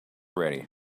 ready